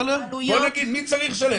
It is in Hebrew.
בוא נגיד מי צריך לשלם.